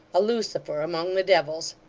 a lucifer among the devils.